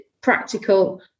practical